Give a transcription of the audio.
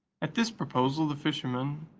at this proposal, the fisherman,